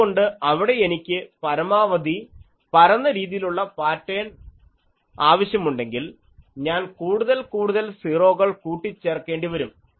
അതുകൊണ്ട് അവിടെ എനിക്ക് പരമാവധി പരന്ന രീതിയിലുള്ള പാറ്റേൺ ആവശ്യമുണ്ടെങ്കിൽ ഞാൻ കൂടുതൽ കൂടുതൽ സീറോകൾ കൂട്ടി ചേർക്കേണ്ടിവരും